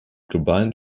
globalen